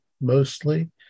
mostly